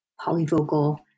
polyvocal